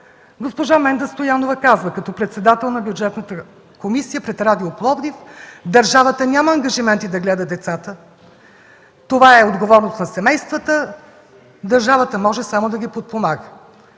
Госпожа Менда Стоянова като председател на Бюджетната комисия казва пред радио „Пловдив”: „Държавата няма ангажименти да гледа децата. Това е отговорност на семействата. Държавата може само да ги подпомага.